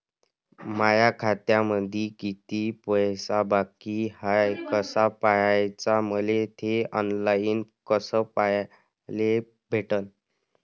माया खात्यामंधी किती पैसा बाकी हाय कस पाह्याच, मले थे ऑनलाईन कस पाह्याले भेटन?